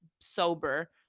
sober